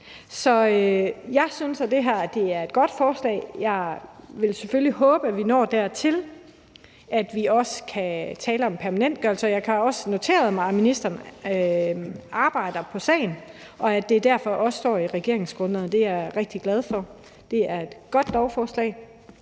Så jeg synes, at det her er et godt forslag. Jeg vil selvfølgelig håbe, at vi når dertil, at vi også kan tale om en permanentgørelse, og jeg har også noteret mig, at ministeren arbejder på sagen, og at det derfor også står i regeringsgrundlaget; det er jeg rigtig glad for. Det er et godt lovforslag.